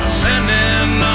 sending